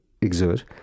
exert